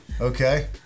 Okay